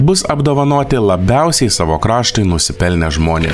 bus apdovanoti labiausiai savo kraštui nusipelnę žmonė